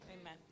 Amen